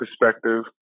perspective